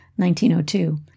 1902